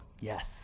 Yes